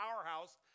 powerhouse